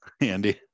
Andy